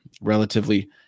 relatively